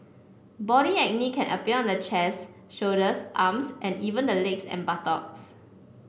body acne can appear on the chest shoulders arms and even the legs and buttocks